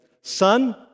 son